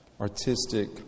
artistic